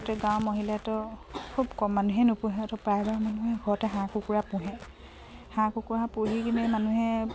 প্ৰত্যেক গাঁৱৰ মহিলাইটো খুব কম মানুহে নোপোহে তো প্ৰায়ভাগ মানুহে ঘৰতে হাঁহ কুকুৰা পোহে হাঁহ কুকুৰা পুহি কিনে মানুহে